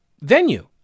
venue